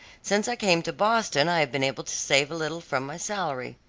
since i came to boston i have been able to save a little from my salary.